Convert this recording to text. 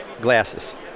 glasses